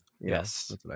Yes